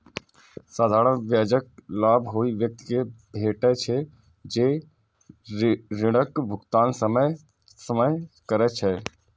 साधारण ब्याजक लाभ ओइ व्यक्ति कें भेटै छै, जे ऋणक भुगतान समय सं करै छै